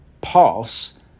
pass